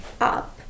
up